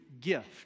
gift